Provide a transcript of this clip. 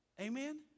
Amen